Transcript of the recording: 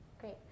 Great